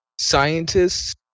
scientists